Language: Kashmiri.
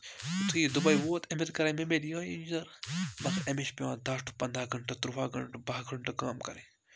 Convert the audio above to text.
یِتھُے یہِ دوٚپَے ووت أمِس کَران تِم مےٚ دِیِو انجیٖنر مگر أمِس چھُ پٮ۪وان دَہ ٹُو پَنٛداہ گَنٹہٕ تُرٛواہ گَنٹہٕ باہ گٲنٹہٕ کٲم کَرٕنۍ